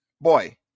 Boy